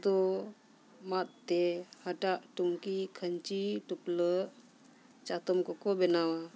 ᱫᱚ ᱢᱟᱸᱫ ᱛᱮ ᱦᱟᱴᱟᱜ ᱴᱩᱝᱠᱤ ᱠᱷᱟᱹᱧᱪᱤ ᱴᱩᱯᱞᱟᱹᱜ ᱪᱟᱛᱚᱢ ᱠᱚᱠᱚ ᱵᱮᱱᱟᱣᱟ